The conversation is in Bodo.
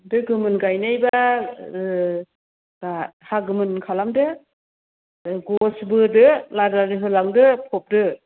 बे गोमोन गायनायबा हा गोमोन खालामदो गस बोदो लारि लारि होलांदो फबदो